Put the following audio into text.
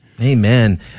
Amen